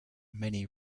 many